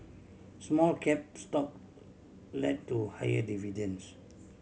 small cap stock lend to higher dividends